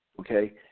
Okay